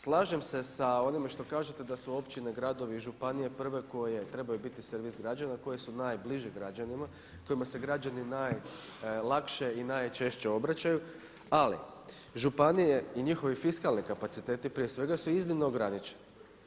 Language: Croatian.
Slažem se sa onime što kažete da su općine, gradovi i županije prve koje trebaju biti servis građana i koje su najbliže građanima, kojima se građani najlakše i najčešće obraćaju ali županije i njihovi fiskalni kapaciteti prije svega su iznimno ograničeni.